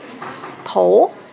pole